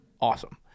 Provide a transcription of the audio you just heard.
awesome